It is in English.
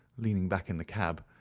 leaning back in the cab,